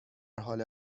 حال